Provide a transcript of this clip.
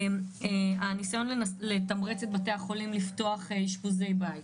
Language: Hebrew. הניסיון לתמרץ את בתי החולים לפתוח אשפוזי בית,